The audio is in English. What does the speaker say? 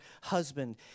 husband